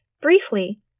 Briefly